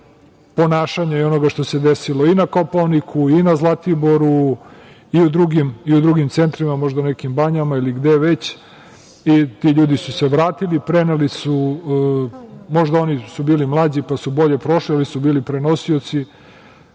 ponašanja i onoga što se desilo i na Kopaoniku i na Zlatiboru, i u drugim centrima, možda nekim banjama, ili gde već. Ti ljudi su se vratili, možda oni koji su mlađi su bolje prošle, ali su bili prenosioci,